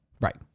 Right